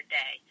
day